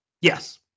Yes